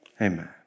Amen